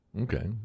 Okay